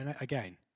again